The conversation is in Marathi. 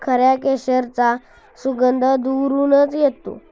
खऱ्या केशराचा सुगंध दुरूनच येतो